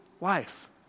life